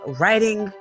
writing